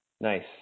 Nice